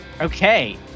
okay